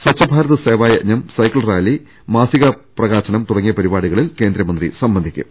സ്വച്ഛ ഭാരത് സേവാ യജ്ഞം cycle rally മാസികാ പ്രകാശനം തുടങ്ങിയ പരിപാ ടികളിലും കേന്ദ്രമന്ത്രി സംബന്ധിക്കും